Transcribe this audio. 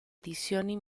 edizioni